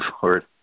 forward